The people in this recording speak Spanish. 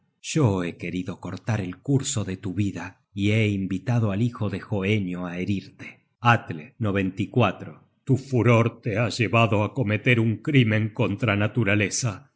yo he querido cortar el curso de tu vida y he invitado al hijo de hoenio á herirte atle tu furor te ha llevado á cometer un crímen contra naturaleza